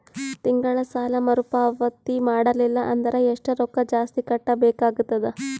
ತಿಂಗಳ ಸಾಲಾ ಮರು ಪಾವತಿ ಮಾಡಲಿಲ್ಲ ಅಂದರ ಎಷ್ಟ ರೊಕ್ಕ ಜಾಸ್ತಿ ಕಟ್ಟಬೇಕಾಗತದ?